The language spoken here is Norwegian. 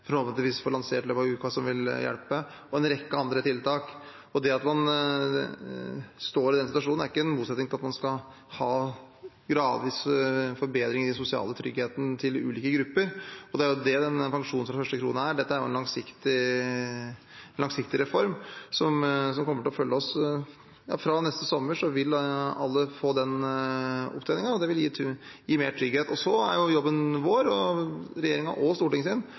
får lansert i løpet av uka, som vil hjelpe, og en rekke andre tiltak. Det at man står i den situasjonen, står ikke i motsetning til at man skal ha en gradvis forbedring i den sosiale tryggheten til ulike grupper. Det er jo det pensjon fra første krone er. Dette er en langsiktig reform som kommer til å følge oss. Fra neste sommer vil alle få den opptjeningen. Det vil gi mer trygghet, og så er jo jobben vår – jobben til regjering og